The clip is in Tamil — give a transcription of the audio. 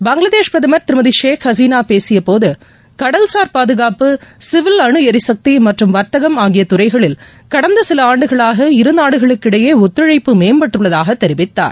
பங்களாதேஷ் பிரதமர் திருமதி ஷேக் ஹசினா பேசிய போது கடல்சார் பாதுகாப்பு சிவில் அணுளரிசக்தி மற்றும் வர்த்தகம் ஆகிய துறைகளில் கடந்த சில ஆண்டுகளாக இருநாடுகளுக்கு இடையே ஒத்துழைப்பு மேம்பட்டுள்ளதாக தெரிவித்தார்